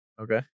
Okay